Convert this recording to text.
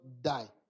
die